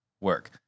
work